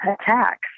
attacks